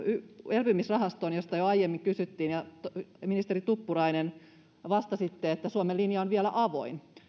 elpymisrahastoon josta jo aiemmin kysyttiin ja vastasitte ministeri tuppurainen että suomen linja on vielä avoin